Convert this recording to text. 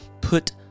put